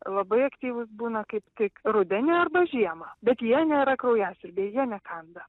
labai aktyvūs būna kaip tik rudenį arba žiemą bet jie nėra kraujasiurbiai jie nekanda